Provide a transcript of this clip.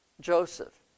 Joseph